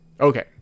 okay